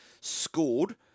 scored